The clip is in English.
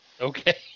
Okay